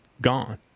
gone